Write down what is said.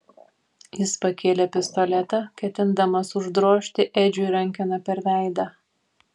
jis pakėlė pistoletą ketindamas uždrožti edžiui rankena per veidą